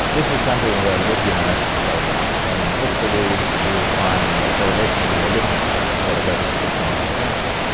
this is something we are looking at right now, and hopefully we will find the correlation that we are looking for, for a better treatment of the cancer.